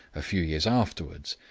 a few years afterwards,